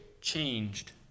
changed